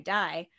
die